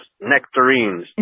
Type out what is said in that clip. nectarines